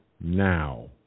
now